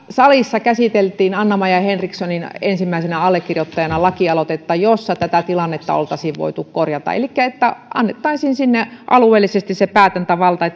salissa käsiteltiin anna maja henrikssonin ensimmäisenä allekirjoittamaa lakialoitetta jolla tätä tilannetta oltaisiin voitu korjata että annettaisiin alueellisesti se päätäntävalta